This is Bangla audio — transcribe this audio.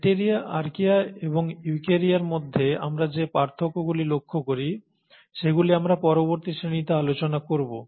ব্যাকটিরিয়া আর্চিয়া এবং ইউকেরিয়ার মধ্যে আমরা যে পার্থক্যগুলি লক্ষ্য করি সেগুলি আমরা পরবর্তী শ্রেণীতে আলোচনা করব